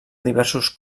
diversos